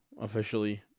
officially